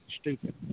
stupid